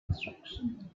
extraction